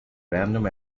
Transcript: random